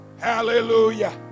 Hallelujah